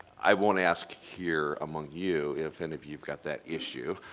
i won't ask here among you if any of you have got that issue,